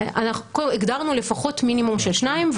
הגדרנו לפחות מינימום של שניים,